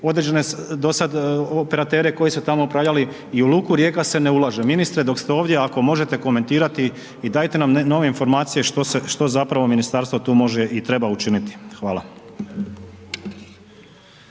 određene do sad operatere koji su tamo upravljali i u luku Rijeka se ne ulaže. Ministre, dok ste ovdje, ako možete komentirati i dajete nam nove informacije što se, što zapravo ministarstvo tu može i treba učiniti. Hvala.